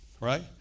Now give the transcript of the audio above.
Right